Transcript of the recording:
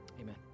Amen